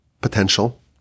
potential